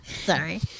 Sorry